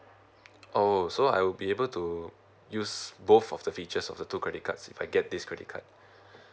oh so I will be able to use both of the features of the two credit cards if I get this credit card